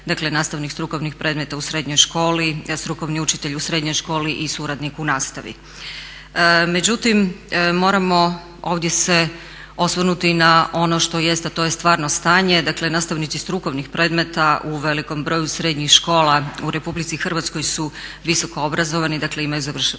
Dakle, nastavnih strukovnih predmeta u srednjoj školi, strukovni učitelji u srednjoj školi i suradnik u nastavi. Međutim, moramo ovdje se osvrnuti na ono što jest, a to je stvarno stanje. Dakle, nastavnici strukovnih predmeta u velikom broju srednjih škola u RH su visoko obrazovani, dakle imaju završene